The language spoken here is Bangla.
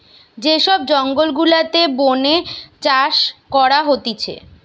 যে সব জঙ্গল গুলাতে বোনে চাষ করা হতিছে